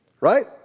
right